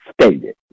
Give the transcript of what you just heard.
stated